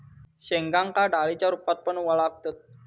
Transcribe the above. शेंगांका डाळींच्या रूपात पण वळाखतत